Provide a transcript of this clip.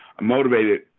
motivated